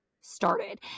started